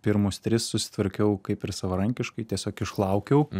pirmus tris susitvarkiau kaip ir savarankiškai tiesiog išlaukiau